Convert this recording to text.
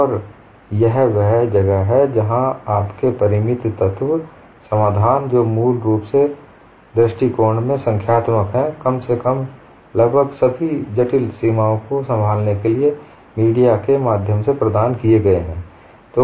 और यह वह जगह है जहां आपके परिमित तत्व समाधान जो मूल रूप से दृष्टिकोण में संख्यात्मक हैं कम से कम लगभग जटिल सीमाओं को संभालने के लिए मीडिया के माध्यम से प्रदान किए गए हैं